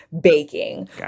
baking